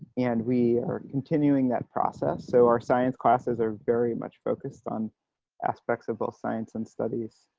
and we are continuing that process. so our science classes are very much focused on aspects of both science and studies.